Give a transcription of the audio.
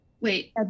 Wait